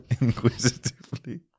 Inquisitively